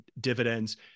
dividends